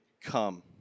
come